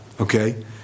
okay